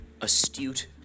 astute